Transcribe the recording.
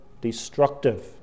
destructive